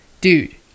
dude